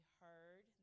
heard